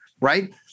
right